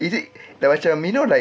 is it dah macam you know like